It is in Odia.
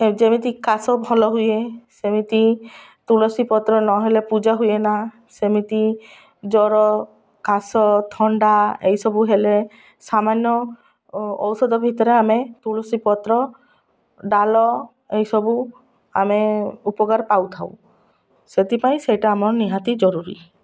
ଯେମିତି କାଶ ଭଲ ହୁଏ ସେମିତି ତୁଳସୀ ପତ୍ର ନହେଲେ ପୂଜା ହୁଏ ନା ସେମିତି ଜର କାଶ ଥଣ୍ଡା ଏହିସବୁ ହେଲେ ସାମାନ୍ୟ ଔଷଧ ଭିତରେ ଆମେ ତୁଳସୀ ପତ୍ର ଡାଳା ଏସବୁ ଆମେ ଉପକାର ପାଇଥାଉ ସେଥିପାଇଁ ସେଇଟା ଆମର ନିହାତି ଜରୁରୀ